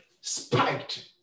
spiked